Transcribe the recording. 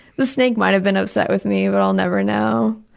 the snake might have been upset with me, but i'll never know.